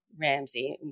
Ramsey